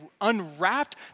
unwrapped